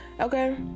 okay